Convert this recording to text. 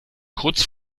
kurz